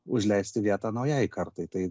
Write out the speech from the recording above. užleisti vietą naujai kartai tai